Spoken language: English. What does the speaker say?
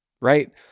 right